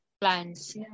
plans